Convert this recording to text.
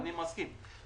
אני מסכים.